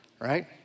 right